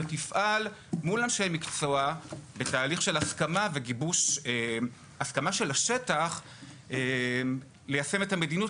ותפעל מול אנשי מקצוע בתהליך גיבוש הסכמה של השטח ליישם את המדיניות,